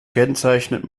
kennzeichnet